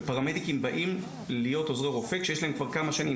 ופרמדיקים באים להיות עוזרי רופא כשיש להם כבר כמה שנים.